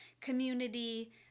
community